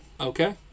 okay